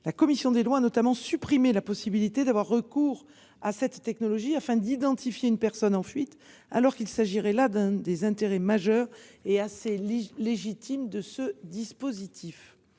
La commission des lois a notamment supprimé la possibilité d'avoir recours à cette technologie afin d'identifier une personne en fuite, alors qu'il s'agit là de l'un des intérêts majeurs et suffisamment légitimes de ce dispositif.